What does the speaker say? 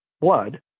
blood